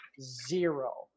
zero